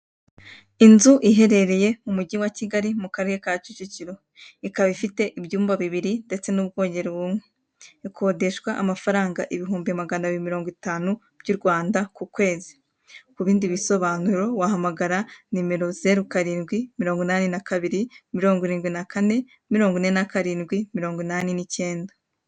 Inzu ihererye m'umujyi wa Kigali mu akarere ka kicukiro ikaba ifite ibyumba bibiri ndetse n'ubwogero bumwe, ikodeshwa amafaranga ibihumbi maganabiri na mirongo itanu by'U Rwanda, kubundi busobanuro wahamagara nimero zeru karindwi mirongwinani na kabiri mirongwirindwi na kane mirongo ine na karindwi mirongo inani n'icyenda.